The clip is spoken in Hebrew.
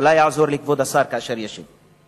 אולי יעזור לי כבוד השר כאשר ישוב.